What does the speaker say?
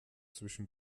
zwischen